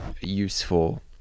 useful